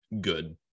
good